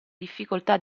difficoltà